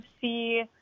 see